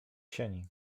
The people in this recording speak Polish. sieni